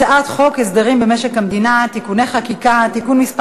הצעת חוק הסדרים במשק המדינה (תיקוני חקיקה) (תיקון מס'